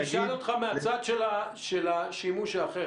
אני אשאל אותך מהצד של השימוש האחר.